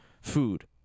food